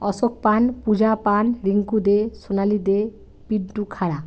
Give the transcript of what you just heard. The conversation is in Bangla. অশোক পান পূজা পান রিংকু দে সোনালী দে পিন্টু খাঁড়া